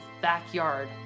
backyard